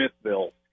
Smithville